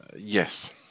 Yes